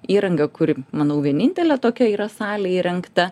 įrangą kuri manau vienintelė tokia yra salėj įrengta